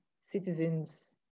citizens